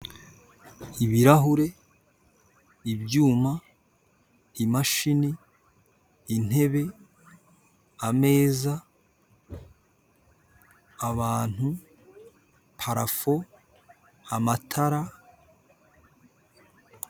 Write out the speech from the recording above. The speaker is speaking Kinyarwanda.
ibirahure, ibyuma, imashini, intebe, ameza, abantu, parafo, amatara.